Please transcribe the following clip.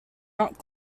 not